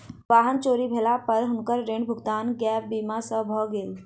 वाहन चोरी भेला पर हुनकर ऋण भुगतान गैप बीमा सॅ भ गेलैन